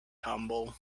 humble